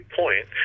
point